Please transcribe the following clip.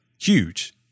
huge